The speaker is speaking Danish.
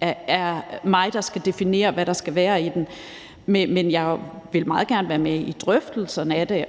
det er mig, der som sådan skal definere, hvad der skal være i den, men jeg vil meget gerne være med i drøftelserne af det.